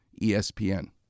ESPN